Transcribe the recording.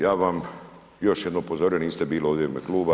Ja vam još jednom upozorio, niste bili ovdje u ime Kluba.